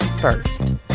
first